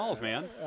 man